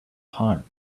heart